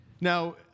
Now